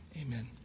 amen